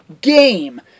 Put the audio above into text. game